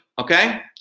Okay